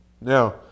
Now